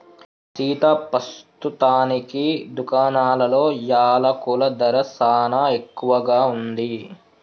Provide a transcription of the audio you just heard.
సీతా పస్తుతానికి దుకాణాలలో యలకుల ధర సానా ఎక్కువగా ఉంది